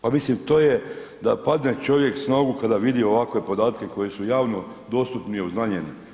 Pa mislim to je da padne čovjek s nogu kada vidi ovakve podatke koji su javno dostupni i obznanjeni.